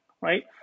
right